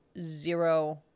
zero